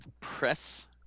press